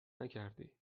نکردی